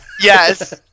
yes